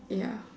ya